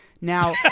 Now